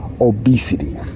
obesity